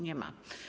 Nie ma.